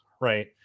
right